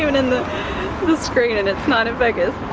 in the the screen and it's not if i guess oh,